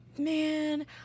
man